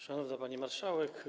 Szanowna Pani Marszałek!